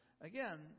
Again